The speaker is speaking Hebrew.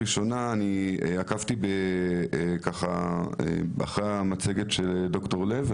עקבתי אחרי המצגת של ד"ר לב,